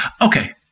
Okay